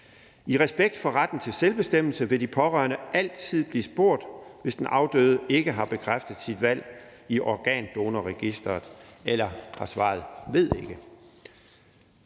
I respekt for retten til selvbestemmelse vil de pårørende altid blive spurgt, hvis den afdøde ikke har bekræftet sit valg i Organdonorregisteret eller har svaret: Ved ikke.